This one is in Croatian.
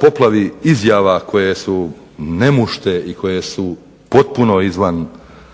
poplavi izjava koje su nemušte i koje su potpuno izvan pameti